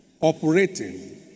operating